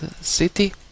city